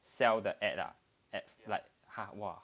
sell the ad lah like !huh! !wah!